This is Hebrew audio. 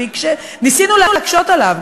ניסינו להקשות עליו,